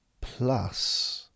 Plus